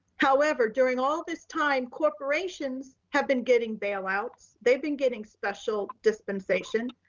however, during all this time, corporations have been getting bailouts. they've been getting special dispensation.